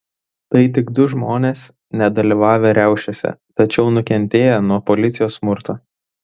tai tik du žmonės nedalyvavę riaušėse tačiau nukentėję nuo policijos smurto